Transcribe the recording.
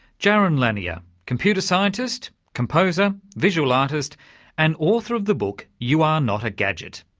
jaron lanier, computer scientist, composer, visual artist and author of the book you are not a gadget.